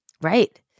Right